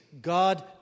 God